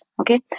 okay